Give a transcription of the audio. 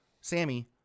Sammy